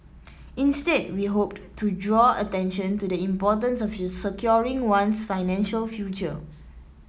instead we hoped to draw attention to the importance of securing one's financial future